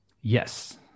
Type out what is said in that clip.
Yes